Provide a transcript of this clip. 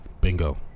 bingo